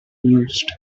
mused